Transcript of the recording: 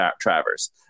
Travers